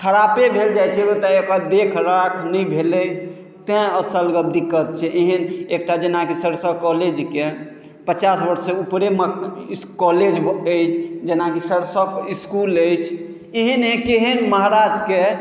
खरापे भेल जाइत छै ओतऽ एकर देखराख नहि भेलै तैँ असल गप दिक्कत छै एहन एकटा जेनाकि सरिसव कॉलेजके पचास वर्षसँ ऊपरे कॉलेज अछि जेनाकि सरिसव इसकुल अछि एहन एहन केहन महाराजके